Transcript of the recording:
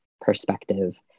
perspective